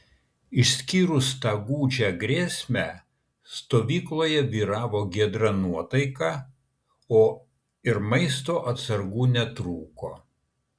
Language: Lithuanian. išskyrus tą gūdžią grėsmę stovykloje vyravo giedra nuotaika o ir maisto atsargų netrūko